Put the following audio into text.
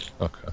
Okay